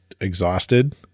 exhausted